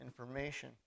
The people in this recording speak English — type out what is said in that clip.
information